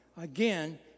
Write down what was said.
again